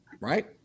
Right